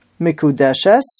mikudeshes